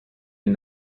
and